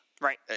Right